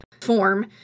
form